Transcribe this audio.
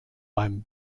beim